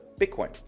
bitcoin